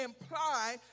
imply